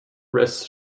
wrists